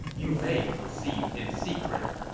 you may proceed in secret.